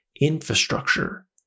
infrastructure